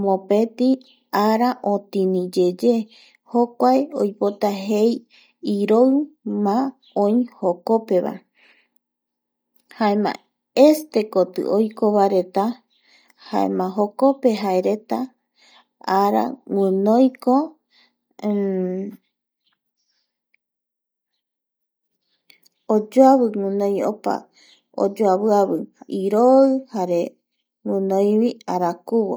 mopeti ara otiniyeye jokuae oipota jei iroima oi jokopevae jaema este koti oiko vata jaema jokope jaereta ara guinoiko oyoavi guinoi opa oyoaviviavi guinoivi arakuvo